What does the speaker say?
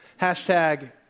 Hashtag